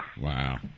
Wow